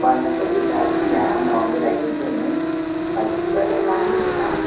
बन्दकोपी त किन म मिलाइदिन्छु नि पैँतिस गरेर लानु नि ल